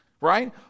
Right